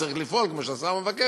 צריך לפעול כמו שהשר מבקש,